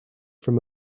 from